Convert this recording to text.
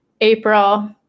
April